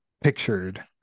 pictured